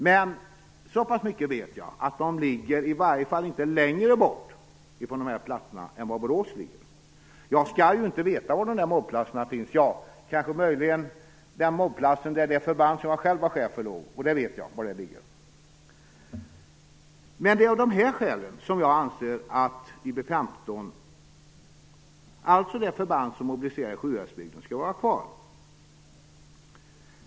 Men så pass mycket vet jag, som att de i varje fall inte ligger längre bort från dessa platser än Borås. Jag skall ju inte veta var de finns utom möjligen i fråga om det förband som jag själv var chef för. Det vet jag var det ligger. Det är av dessa skäl jag anser att IB 15, alltså det förband som mobiliserar Sjuhäradsbygden, skall vara kvar.